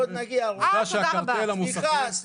סליחה, סליחה.